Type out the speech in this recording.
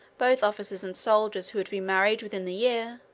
both officers and soldiers who had been married within the year,